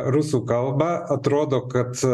rusų kalbą atrodo kad